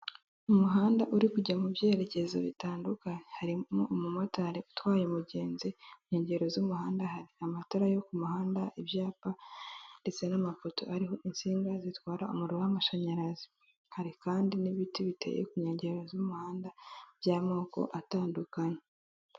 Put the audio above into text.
Umuhanda uri kujya mu byerekezo bitandukanye harimo umumotari utwaye umugenzi inkengero z'umuhanda hari amatara yo ku muhanda ibyapa, ndetse n'amafoto ariho insinga zitwara umuriro w'amashanyarazi, hari kandi n'ibiti biteye ku nkengero z'umuhanda by'amoko atandukanye.